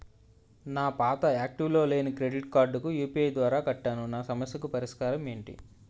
నా పాత యాక్టివ్ లో లేని క్రెడిట్ కార్డుకు యు.పి.ఐ ద్వారా కట్టాను నా సమస్యకు పరిష్కారం ఎంటి?